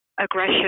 aggression